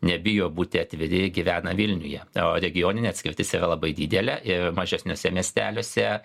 nebijo būti atviri gyvena vilniuje o regioninė atskirtis yra labai didelė mažesniuose miesteliuose